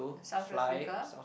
South Africa